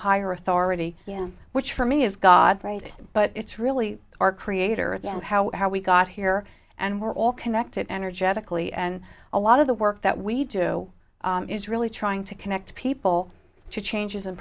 higher authority which for me is god's right but it's really our creator and how how we got here and we're all connected energetically and a lot of the work that we do is really trying to connect people to change i